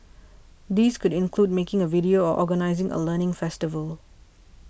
these could include making a video or organising a learning festival